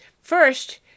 First